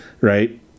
right